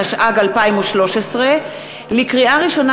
התשע"ג 2013. לקריאה ראשונה,